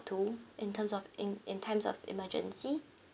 to in terms of in in times of emergency